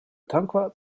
tankwart